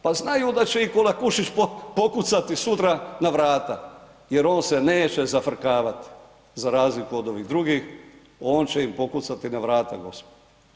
Pa znaju da će im Kolakušić pokucati sutra na vrata jer on se neće zafrkavati za razliku od ovih drugih, on će im pokucati na vrata gospodo.